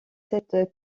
cette